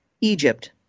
Egypt